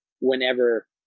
whenever